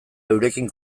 eurekin